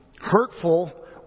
hurtful